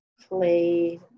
play